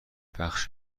بخش